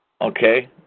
Okay